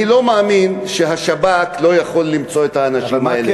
אני לא מאמין שהשב"כ לא יכול למצוא את האנשים האלה.